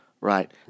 right